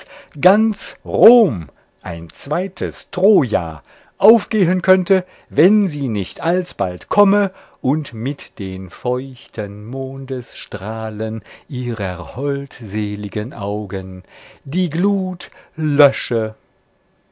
ganz rom ein zweites troja aufgehen könnte wenn sie nicht alsbald komme und mit den feuchten mondesstrahlen ihrer holdseligen augen die glut lösche